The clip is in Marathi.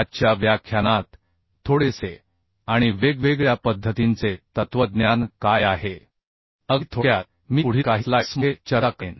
आजच्या व्याख्यानात थोडेसे आणि वेगवेगळ्या पद्धतींचे तत्वज्ञान काय आहे अगदी थोडक्यात मी पुढील काही स्लाइड्समध्ये चर्चा करेन